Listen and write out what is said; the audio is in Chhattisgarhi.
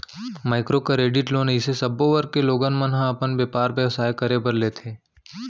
माइक्रो करेडिट लोन अइसे सब्बो वर्ग के लोगन मन ह अपन बेपार बेवसाय करे बर लेथे